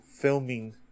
filming